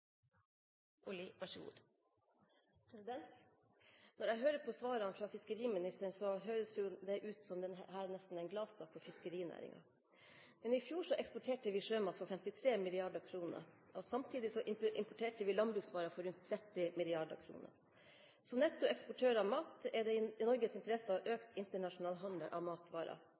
Når jeg hører på svarene fra fiskeriministeren, så høres det nesten ut som om dette er en gladsak for fiskerinæringen. Men i fjor så eksporterte vi sjømat for 53 mrd. kr, og samtidig importerte vi landbruksvarer for rundt 30 mrd. kr. Som nettoeksportør av mat er det i Norges interesse å ha økt internasjonal handel av matvarer.